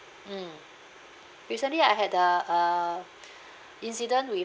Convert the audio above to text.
mm recently I had the err incident with